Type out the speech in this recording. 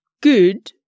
good